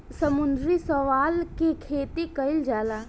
समुद्री शैवाल के खेती कईल जाला